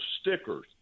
stickers